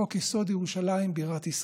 חוק-יסוד: ירושלים בירת ישראל.